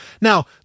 Now